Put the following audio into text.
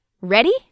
Ready